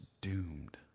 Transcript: doomed